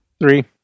Three